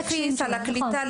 לפי סל הקליטה,